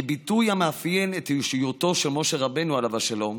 כביטוי המאפיין את אישיותו של משה רבנו עליו השלום.